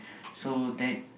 so that